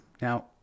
Now